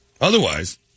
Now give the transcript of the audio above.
Otherwise